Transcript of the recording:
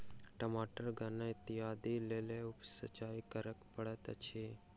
टमाटर गन्ना इत्यादिक लेल उप सिचाई करअ पड़ैत अछि